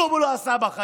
כלום הוא לא עשה בחיים,